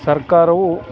ಸರ್ಕಾರವು